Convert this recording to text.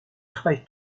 travaillent